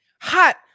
hot